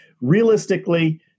realistically